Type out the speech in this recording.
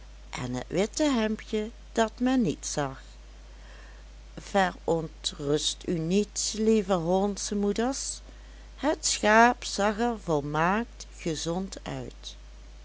en het witte hemdje dat men niet zag verontrust u niet lieve hollandsche moeders het schaap zag er volmaakt gezond uit met